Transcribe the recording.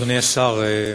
אדוני השר,